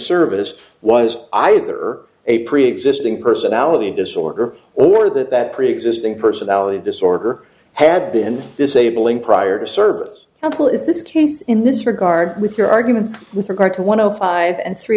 service was either a preexisting personality disorder or that that preexisting personality disorder had been disabled in prior to service counsel is this case in this regard with your arguments with regard to one o five and three